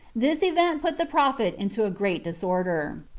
this event put the prophet into a great disorder.